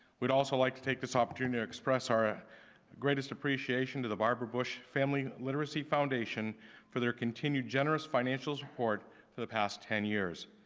we'd also like to take this opportunity to express our ah greatest appreciation to the barbara bush family literacy foundation for their continued generous financial support for the past ten years.